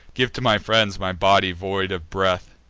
give to my friends my body void of breath!